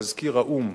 מזכיר האו"ם